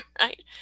right